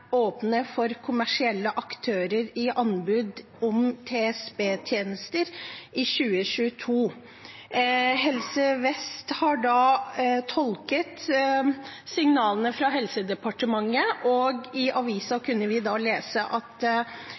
åpne for kommersielle aktører i anbud om TSB-tjenester i 2022. Helse Vest har da tolket signalene fra Helsedepartementet, og i avisen kunne vi lese at